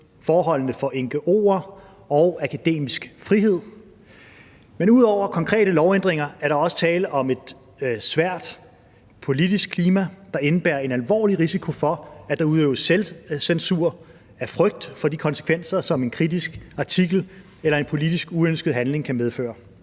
forholdene for ngo'er og akademisk frihed. Men ud over konkrete lovændringer er der også tale om et svært politisk klima, der indebærer en alvorlig risiko for, at der udøves selvcensur af frygt for de konsekvenser, som en kritisk artikel eller en politisk uønsket handling kan medføre.